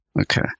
Okay